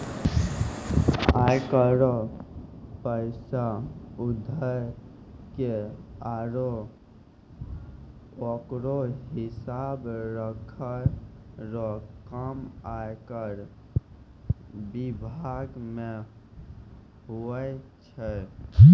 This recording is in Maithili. आय कर रो पैसा उघाय के आरो ओकरो हिसाब राखै रो काम आयकर बिभाग मे हुवै छै